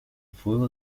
fuego